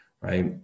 right